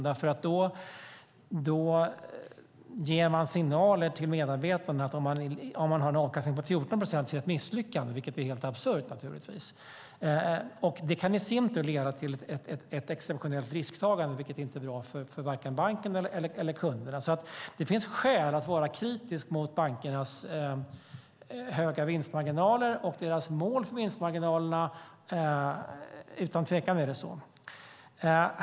Då ger man signaler till medarbetarna att en avkastning på 14 procent är ett misslyckande, vilket naturligtvis blir helt absurt. Det kan i sin tur leda till ett exceptionellt risktagande, vilket inte är bra för vare sig banken eller kunderna. Utan tvivel finns det skäl att vara kritisk mot bankernas höga mål för vinstmarginalerna.